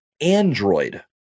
Android